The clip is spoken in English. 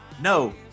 no